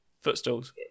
footstools